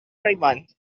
raymond